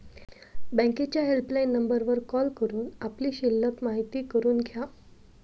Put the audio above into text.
बँकेच्या हेल्पलाईन नंबरवर कॉल करून आपली शिल्लक माहिती करून घ्या